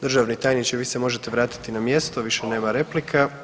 Državni tajniče, vi se možete vratiti na mjesto, više nema replika.